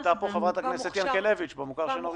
מה לגבי מה שהעלתה פה חברת הכנסת ינקלביץ' במוכר שאינו רשמי.